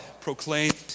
proclaimed